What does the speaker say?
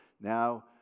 now